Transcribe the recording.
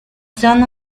son